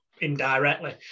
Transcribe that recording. indirectly